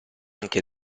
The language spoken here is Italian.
anche